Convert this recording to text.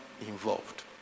involved